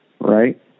right